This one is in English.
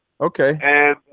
Okay